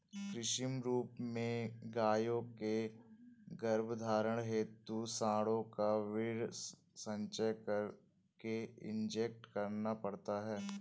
कृत्रिम रूप से गायों के गर्भधारण हेतु साँडों का वीर्य संचय करके इंजेक्ट करना पड़ता है